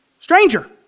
stranger